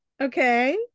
okay